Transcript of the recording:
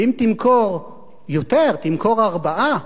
ואם תמכור יותר, תמכור ארבעה,